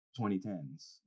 2010s